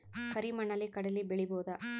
ಕರಿ ಮಣ್ಣಲಿ ಕಡಲಿ ಬೆಳಿ ಬೋದ?